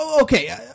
Okay